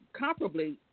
comparably